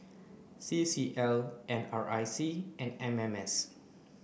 C C L N R I C and M M S